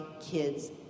kids